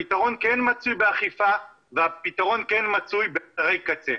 הפתרון כן מצוי באכיפה והפתרון כן מצוי באתרי קצה.